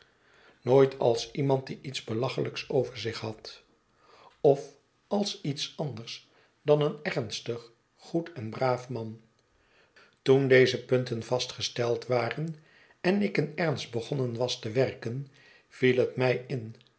nooit als iemand die iets belachelijksover zich had of als iets anders dan een ernstig goed en braaf man toen fdeze punten vastgesteld waren en ik in ernst begonnen was te werken viel het my in